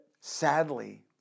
sadly